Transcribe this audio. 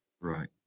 Right